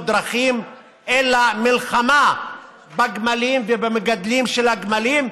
דרכים אלא מלחמה בגמלים ובמגדלים של הגמלים,